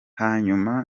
hanyuma